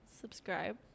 subscribe